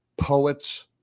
poets